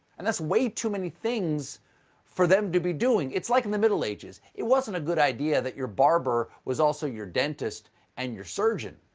and that's way too many things for them to be doing. it's like in the middle ages, it wasn't a good idea that your barber was also your dentist and your surgeon.